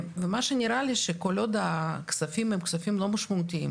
מה שנראה לי הוא שכל עוד הכספים הם כספים לא משמעותיים,